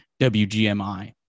WGMI